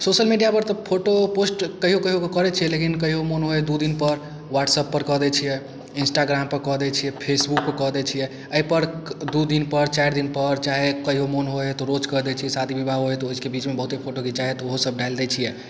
social मीडियापर post कहियो कहियो कऽ करय छियै लेकिन कहियो मन होइ हइ दू दिनपर वाट्सएप्पपर वाट्सएप्पपर कऽ दै छियै इन्स्टाग्रामपर कऽ दै छियै फेसबुकपर कऽ दै छियै अइपर दू दिनपर चारि दिनपर चाहे कहियो मन होइ हइ तऽ रोजकऽ दै छियै शादी बिवाह होइ हइ तऽ ओइके बीचमे बहुते फोटो घिचाइ हइ तऽ उहो सब डालि दै छियै